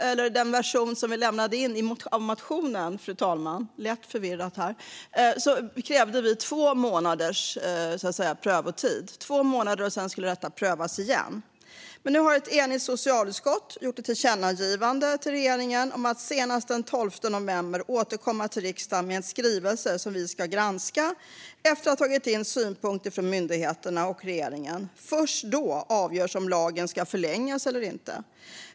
I den version som vi lämnade in i motionen krävde vi två månaders prövotid, det vill säga att detta skulle prövas igen efter två månader. Nu har ett enigt socialutskott gett ett tillkännagivande till regeringen om att den senast den 12 november ska återkomma till riksdagen med en skrivelse som vi ska granska efter att ha tagit in synpunkter från myndigheterna och regeringen. Först då avgörs om lagen ska förlängas eller inte.